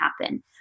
happen